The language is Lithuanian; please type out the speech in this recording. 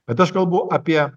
bet aš kalbu apie